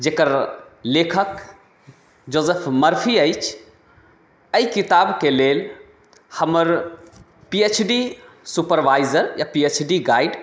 जकर लेखक Joseph Murphy अछि एहि किताबके लेल हमर पी एच डी सुपरवाइजर या पी एच डी गाइड